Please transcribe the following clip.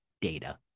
data